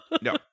No